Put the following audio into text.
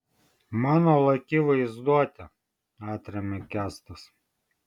mano laki vaizduotė atremia kęstas